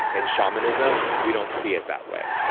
and shamanism, we don't see it that way.